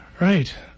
Right